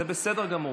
זה בסדר גמור.